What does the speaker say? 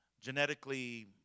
genetically